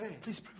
Please